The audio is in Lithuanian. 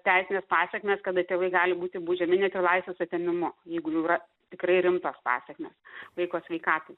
teisinės pasekmės kada tėvai gali būti baudžiami net ir laisvės atėmimu jeigu jau yra tikrai rimtos pasekmės vaiko sveikatai